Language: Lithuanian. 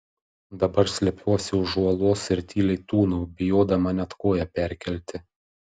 dabar slepiuosi už uolos ir tyliai tūnau bijodama net koją perkelti